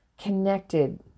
connected